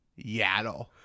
Yaddle